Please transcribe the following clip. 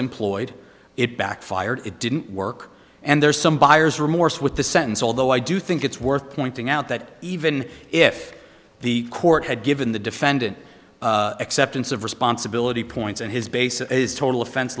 employed it backfired it didn't work and there's some buyer's remorse with the sentence although i do think it's worth pointing out that even if the court had given the defendant acceptance of responsibility points and his basis is total offense